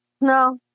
No